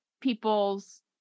people's